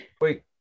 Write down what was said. wait